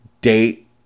date